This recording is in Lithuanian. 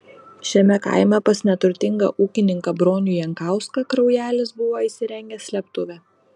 šiame kaime pas neturtingą ūkininką bronių jankauską kraujelis buvo įsirengęs slėptuvę